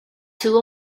two